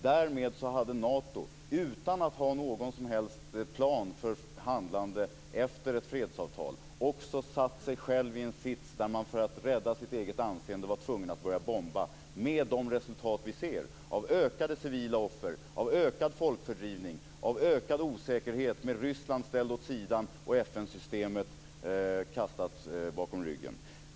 Därmed hade Nato, utan att ha någon som helst plan för handlandet efter ett fredsavtal, satt sig i en sits där man för att rädda sitt eget anseende var tvungen att börja bomba. Det har fått de resultat vi ser - ökade civila offer, ökad folkfördrivning, ökad osäkerhet med Ryssland ställt åt sidan och FN-systemet kastat bakom ryggen.